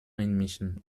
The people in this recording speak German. einmischen